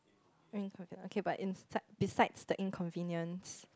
inconvenient okay but insides besides the inconvenience